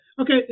Okay